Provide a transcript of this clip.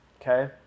okay